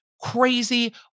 crazy